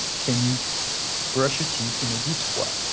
can you brush your teeth in a deep squat?